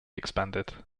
expanded